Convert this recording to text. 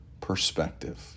perspective